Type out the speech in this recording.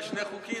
יש שני חוקים.